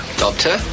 doctor